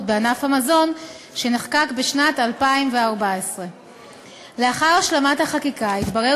בענף המזון שנחקק בשנת 2014. לאחר השלמת החקיקה התברר